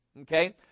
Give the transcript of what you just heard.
Okay